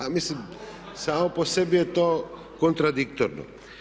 A mislim samo po sebi je to kontradiktorno.